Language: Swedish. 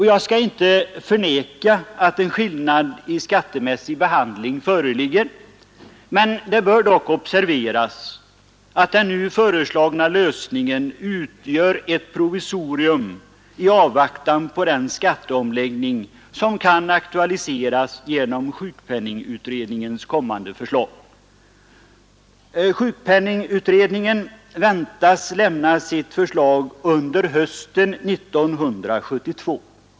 Jag skall inte förneka att en skillnad i skattemässig behandling föreligger, men det bör observeras att den nu föreslagna lösningen utgör ett provisorium i avvaktan på den skatteomläggning som kan aktualiseras genom sjukpenningutredningens kommande förslag. Sjukpenningutredningen väntas lämna sitt betänkande under hösten 1972.